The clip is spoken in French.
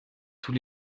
tous